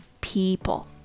people